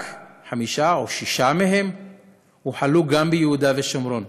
רק חמישה או שישה הוחלו גם ביהודה ושומרון.